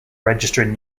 registering